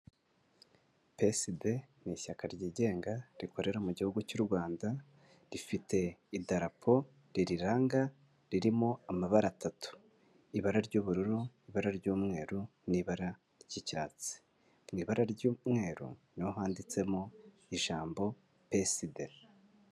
PSD ni ishyaka ryigenga rikorera mu gihugu cy'u rwanda; rifite idarapo ririranga ririmo amabara atatu ibara ry'ubururu, ibara ry'umweru, n'ibara ry'icyatsi; mu ibara ry'umweru niho handitsemo ijambo PSD.